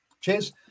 cheers